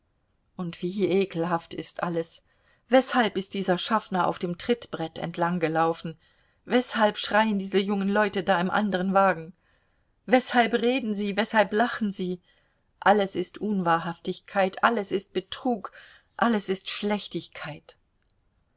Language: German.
und wie ekelhaft ist alles weshalb ist dieser schaffner auf dem trittbrett entlanggelaufen weshalb schreien diese jungen leute da im anderen wagen weshalb reden sie weshalb lachen sie alles ist unwahrhaftigkeit alles ist betrug alles ist schlechtigkeit